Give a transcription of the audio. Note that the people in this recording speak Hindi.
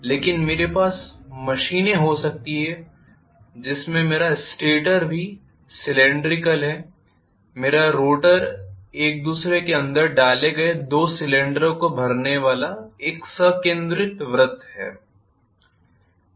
लेकिन मेरे पास मशीनें हो सकती हैं जिसमें मेरा स्टेटर भी सीलिन्ड्रीकल है मेरा रोटर एक दूसरे के अंदर डाले गए दो सिलेंडरों को भरने वाला एक संकेंद्रित वृत्त है